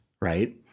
right